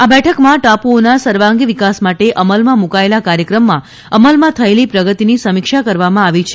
આ બેઠકમાં ટાપુઓના સર્વાંગી વિકાસ માટે અમલમાં મૂકાયેલા કાર્યક્રમમાં અમલમાં થયેલી પ્રગતિની સમીક્ષા કરવામાં આવી છે